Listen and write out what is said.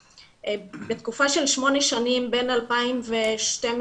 בתקופה של שבע שנים בין 2012-2019